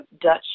Dutch